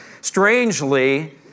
strangely